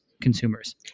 consumers